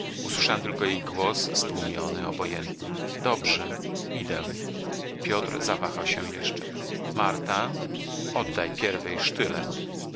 usłyszałem tylko jej głos stłumiony obojętny dobrze idę piotr zawahał się jeszcze marta oddaj pierwej sztylet